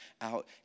out